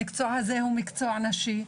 המקצוע הזה הוא מקצוע נשי,